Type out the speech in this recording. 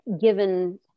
given